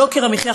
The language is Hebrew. יוקר המחיה,